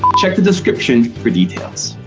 check the description for details